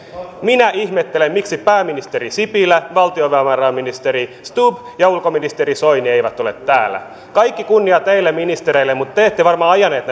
minä ihmettelen miksi pääministeri sipilä valtiovarainministeri stubb ja ulkoministeri soini eivät ole täällä kaikki kunnia teille ministereille mutta te ette varmaan ajaneet